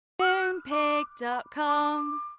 Moonpig.com